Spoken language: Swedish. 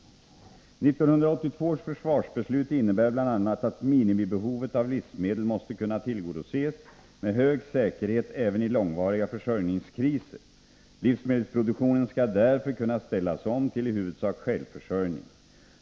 1982 års försvarsbeslut innebär bl.a. att minimibehovet av livsmedel måste kunna tillgodoses med hög säkerhet även i långvariga försörjningskriser. Livsmedelsproduktionen skall därför kunna ställas om till i huvudsak självförsörjning.